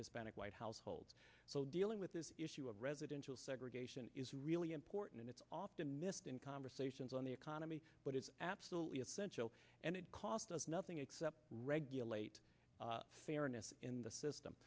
hispanic white households so dealing with this issue of residential segregation is really important and it's often missed in conversations on the economy but it's absolutely essential and it cost us nothing except regulate fairness in the system